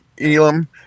Elam